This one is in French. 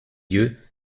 yeux